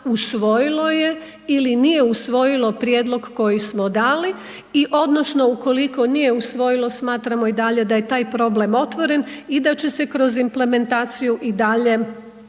usvojilo je ili nije usvojilo prijedlog koji smo dali i odnosno ukoliko nije usvojilo, smatramo i dalje da je tak problem otvoren i da će se kroz implementaciju i dalje